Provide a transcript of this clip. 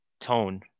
tone